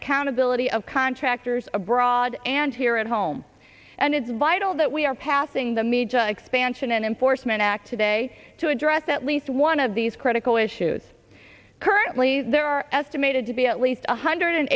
accountability of contractors abroad and here at home and it's vital that we are passing the major expansion and enforcement act today to address that least one of these critical issues currently there are estimated to be at least one hundred